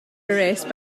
arrest